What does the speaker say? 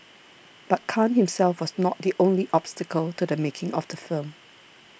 but Khan himself was not the only obstacle to the making of the film